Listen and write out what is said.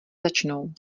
začnou